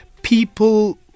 people